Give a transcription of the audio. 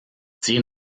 zehn